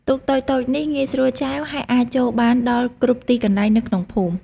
ទូកតូចៗនេះងាយស្រួលចែវ ហើយអាចចូលបានដល់គ្រប់ទីកន្លែងនៅក្នុងភូមិ។